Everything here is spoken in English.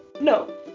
No